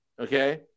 okay